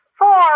Four